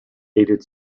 aided